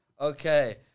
Okay